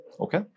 Okay